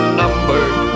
numbered